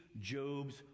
job's